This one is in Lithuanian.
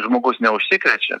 žmogus neužsikrečia